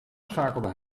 schakelde